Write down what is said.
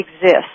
exist